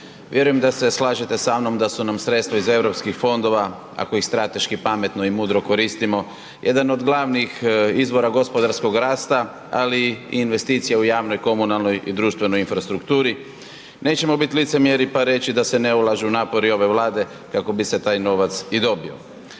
Vjerujem da se slažete samnom da su nam sredstva iz eu fondova ako ih strateški pametno i mudro koristimo. Jedan od glavnih izvora gospodarskog rasta ali i investicija u javnoj komunalnoj i društvenoj infrastrukturi. Nećemo biti licemjeri pa reći da se ne ulažu napori ove Vlade kako bi se taj novac i dobio.